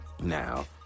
now